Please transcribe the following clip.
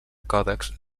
còdexs